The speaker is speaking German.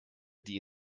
die